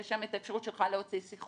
יש שם את האפשרות שלך להוציא שיחות,